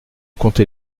compter